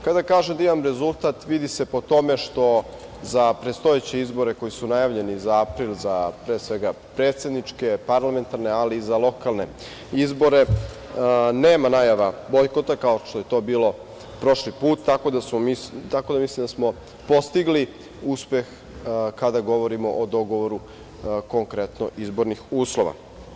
Kada kažem da imamo rezultat, vidi se po tome što za predstojeće izbore koji su najavljeni za april, pre svega predsedničke, parlamentarne, ali i za lokalne izbore, nema najava bojkota kao što je to bilo prošli put, tako da smo postigli uspeh kada govorimo o dogovoru konkretno izbornih uslova.